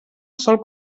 sol